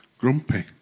Grumpy